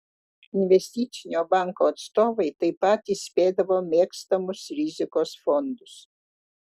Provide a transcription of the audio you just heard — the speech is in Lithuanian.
investicinio banko atstovai taip pat įspėdavo mėgstamus rizikos fondus